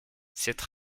cette